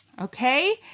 Okay